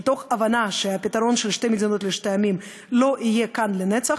מתוך הבנה שהפתרון של שתי מדינות לשני עמים לא יהיה כאן לנצח